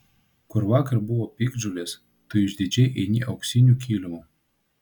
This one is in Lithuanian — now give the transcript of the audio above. kur vakar buvo piktžolės tu išdidžiai eini auksiniu kilimu